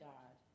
God